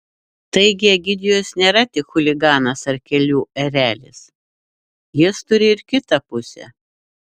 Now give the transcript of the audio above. taigi egidijus nėra tik chuliganas ar kelių erelis jis turi ir kitą pusę